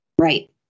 Right